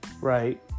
Right